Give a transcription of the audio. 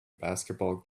basketball